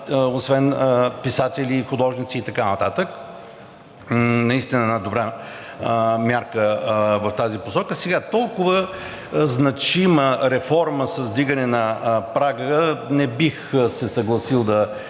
освен писатели, художници и така нататък. Наистина добра мярка в тази посока. Сега, толкова значима реформа с вдигане на прага – не бих се съгласил да